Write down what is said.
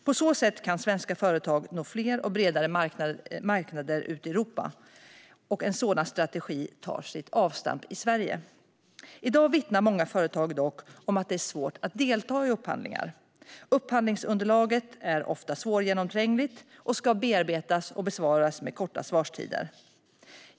På så sätt kan svenska företag nå fler och bredare marknader ute i Europa. En sådan strategi tar sitt avstamp i Sverige. I dag vittnar många företag dock om att det är svårt att delta i upphandlingar. Upphandlingsunderlaget är ofta svårgenomträngligt och ska bearbetas och besvaras med korta svarstider.